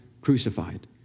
crucified